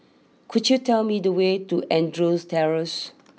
could you tell me the way to Andrews Terrace